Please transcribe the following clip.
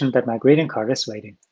and that my greeting card is waiting.